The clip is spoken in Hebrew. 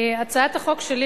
הצעת החוק שלי,